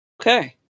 okay